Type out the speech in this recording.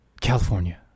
California